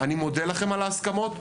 אני מודה לכם על ההסכמות,